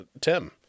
Tim